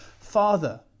Father